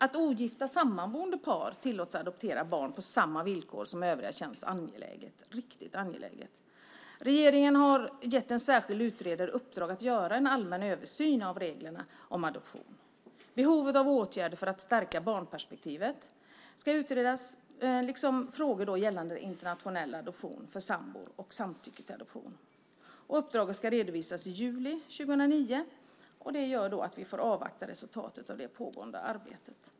Att ogifta sammanboende par tillåts adoptera barn på samma villkor som övriga känns angeläget, riktigt angeläget. Regeringen har gett en särskild utredare i uppdrag att göra en allmän översyn av reglerna om adoption. Behovet av åtgärder för att stärka barnperspektivet ska utredas liksom frågor gällande internationell adoption för sambor och samtycke till adoption. Uppdraget ska redovisas i juli 2009. Det gör att vi får avvakta resultatet av det pågående arbetet.